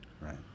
Right